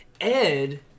Ed